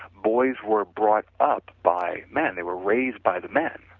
boys were brought up by men, they were raised by the men.